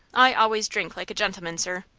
i always drink like a gentleman, sir.